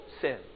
sin